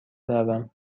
بروم